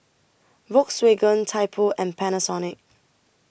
Volkswagen Typo and Panasonic